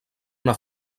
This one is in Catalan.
una